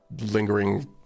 lingering